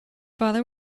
father